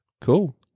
cool